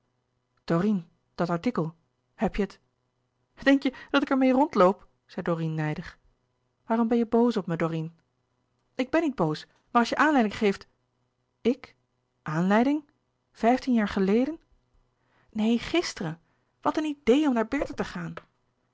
dorine dat artikel heb je het denk je dat ik er meê rondloop zei dorine nijdig waarom ben je boos op me dorine ik ben niet boos maar als je aanleiding geeft ik aanleiding vijftien jaar geleden neen gisteren wat een idee om naar bertha te gaan